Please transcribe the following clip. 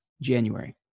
January